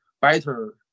better